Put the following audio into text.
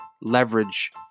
leverage